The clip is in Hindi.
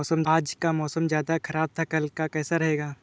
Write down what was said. आज का मौसम ज्यादा ख़राब था कल का कैसा रहेगा?